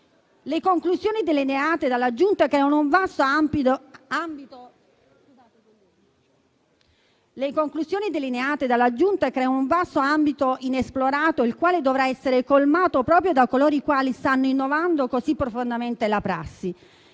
Le conclusioni delineate dalla Giunta creano un vasto ambito inesplorato, il quale dovrà essere colmato proprio da coloro i quali stanno innovando così profondamente la prassi